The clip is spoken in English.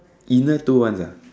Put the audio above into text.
inner two ones ah